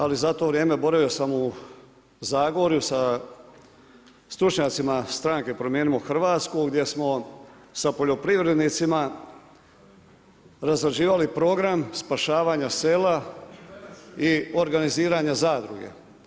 Ali za to vrijeme boravio sam u Zagorju sa stručnjacima stranke Promijenimo Hrvatsku gdje smo sa poljoprivrednicima razrađivali program spašavanja sela i organiziranja zadruge.